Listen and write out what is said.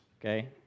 okay